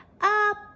up